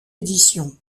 éditions